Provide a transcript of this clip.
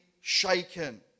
shaken